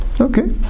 Okay